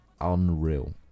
unreal